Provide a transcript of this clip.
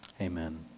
Amen